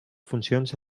funcions